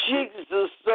Jesus